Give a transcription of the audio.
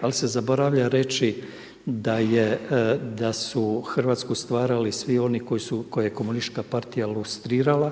Ali se zaboravlja reći da je, da su Hrvatsku stvarali svi oni koji su, koje je Komunistička partija lustrirala